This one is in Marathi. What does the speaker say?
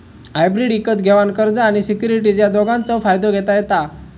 हायब्रीड इकत घेवान कर्ज आणि सिक्युरिटीज या दोघांचव फायदो घेता येता